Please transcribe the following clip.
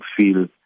feel